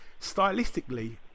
stylistically